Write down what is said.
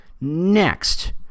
Next